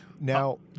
Now